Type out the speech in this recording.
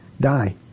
die